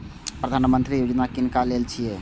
प्रधानमंत्री यौजना किनका लेल छिए?